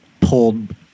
pulled